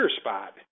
spot